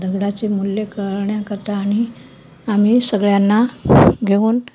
दगडाचे मूल्य करण्याकरता आणि आम्ही सगळ्यांना घेऊन